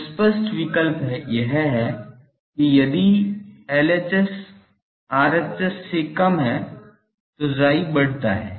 तो स्पष्ट विकल्प यह है कि यदि LHS RHS से कम है तो chi बढ़ता है